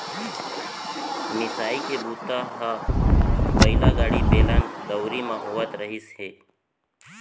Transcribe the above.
मिसाई के बूता ह बइला गाड़ी, बेलन, दउंरी म होवत रिहिस हे